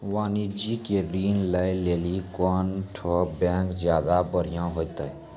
वाणिज्यिक ऋण लै लेली कोन ठो बैंक ज्यादा बढ़िया होतै?